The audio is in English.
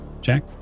Jack